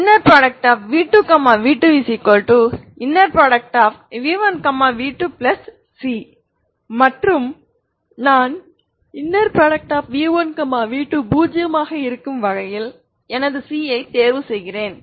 v2 v2v1 v2c மற்றும் நான் v1 v2 பூஜ்ஜியமாக இருக்கும் வகையில் எனது c ஐ தேர்வு செய்கிறேன்